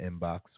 inbox